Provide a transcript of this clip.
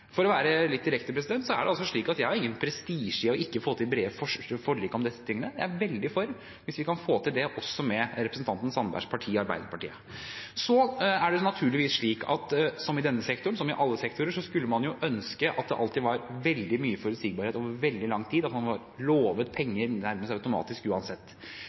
For å være litt direkte: Jeg har ingen prestisje i ikke å få til brede forlik om disse tingene. Jeg er veldig for at vi kan få til det også med representanten Sandbergs parti, Arbeiderpartiet. Så er det naturligvis slik at i denne sektoren, som i alle sektorer, skulle man ønske at det alltid var veldig mye forutsigbarhet over veldig lang tid, og at man var lovet penger nærmest automatisk uansett.